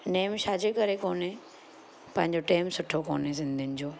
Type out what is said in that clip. नेम छाजे करे कोन्हे पंहिंजो टाइम सुठो कोन्हे सिंधियुनि जो